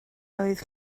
oedd